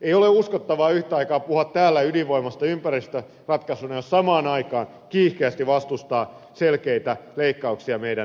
ei ole uskottavaa yhtä aikaa puhua täällä ydinvoimasta ympäristöratkaisuna jos samaan aikaan kiihkeästi vastustaa selkeitä leikkauksia meidän päästöihimme